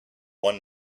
one